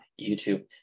YouTube